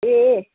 ए